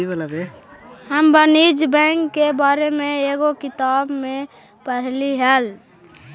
हम वाणिज्य बैंक के बारे में एगो किताब में पढ़लियइ हल